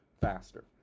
faster